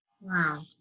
Wow